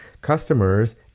Customers